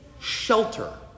shelter